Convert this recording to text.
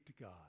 God